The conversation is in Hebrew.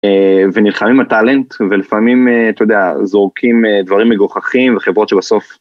ונלחמים על טאלנט ולפעמים, אתה יודע, זורקים דברים מגוחכים וחברות שבסוף...